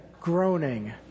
groaning